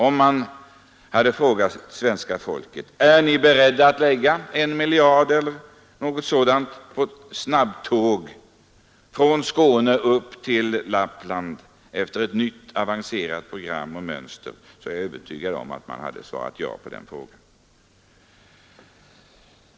Om vi hade frågat människorna i landet om de är beredda att lägga en miljard eller något sådant på snabbtåg från Skåne upp till Lappland efter ett nytt avancerat program och mönster, så är jag övertygad om att de hade svarat ja på den frågan.